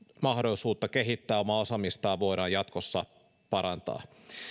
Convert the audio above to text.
mahdollisuutta kehittää omaa osaamistaan voidaan jatkossa parantaa